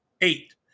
eight